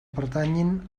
pertanyin